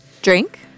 Drink